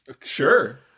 sure